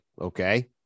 Okay